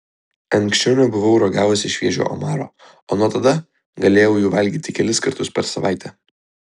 anksčiau nebuvau ragavusi šviežio omaro o nuo tada galėjau jų valgyti kelis kartus per savaitę